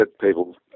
people